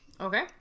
Okay